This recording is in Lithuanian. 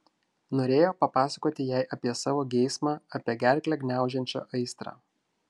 norėjo papasakoti jai apie savo geismą apie gerklę gniaužiančią aistrą